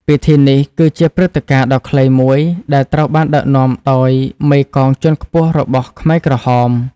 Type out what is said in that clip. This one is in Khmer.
ពិធីនេះគឺជាព្រឹត្តិការណ៍ដ៏ខ្លីមួយដែលត្រូវបានដឹកនាំដោយមេកងជាន់ខ្ពស់របស់ខ្មែរក្រហម។